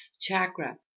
chakra